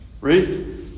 Ruth